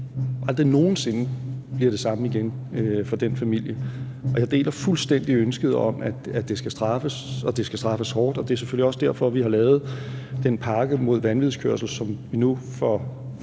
aldrig nogen sinde bliver det samme igen for den familie. Og jeg deler fuldstændig ønsket om, at det skal straffes, og at det skal straffes hårdt, og det er selvfølgelig også derfor, vi har lavet en pakke mod vanvidskørsel, som vi nu får